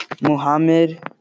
Muhammad